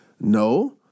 No